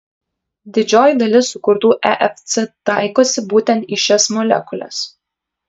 didžioji dalis sukurtų efc taikosi būtent į šias molekules